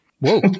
Whoa